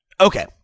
Okay